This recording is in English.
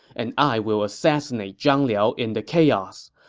and i will assassinate zhang liao in the chaos.